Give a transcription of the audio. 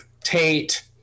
tate